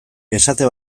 esate